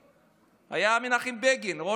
היה מנחם בגין, ראש הממשלה,